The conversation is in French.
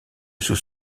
sous